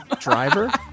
driver